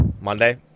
Monday